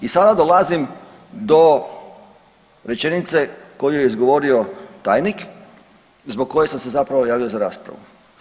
I sada dolazim do rečenice koju je izgovorio tajnik zbog koje sam se zapravo javio za raspravu.